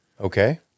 Okay